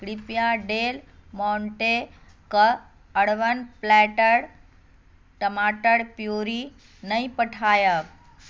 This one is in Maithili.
कृप्या डेल मोंटेके अर्बन प्लैटर टमाटर प्यूरी नहि पठायब